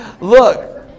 Look